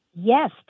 Yes